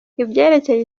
ibyerekeye